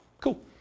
Cool